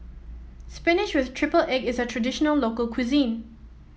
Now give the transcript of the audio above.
spinach with triple egg is a traditional local cuisine